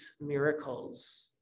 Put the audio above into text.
miracles